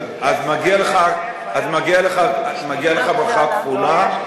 אז מגיעה לך ברכה כפולה.